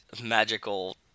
magical